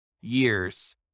years